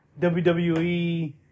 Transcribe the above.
WWE